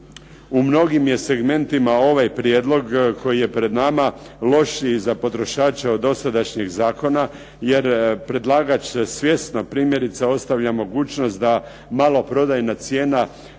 u mnogim je segmentima ovaj prijedlog koji je pred nama lošiji za potrošače od dosadašnjeg zakona jer predlagač svjesno primjerice ostavlja mogućnost da maloprodajna cijena